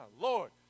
Lord